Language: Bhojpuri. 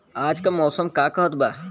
आज क मौसम का कहत बा?